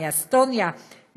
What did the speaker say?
מאסטוניה,